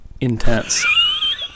intense